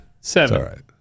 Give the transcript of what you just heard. Seven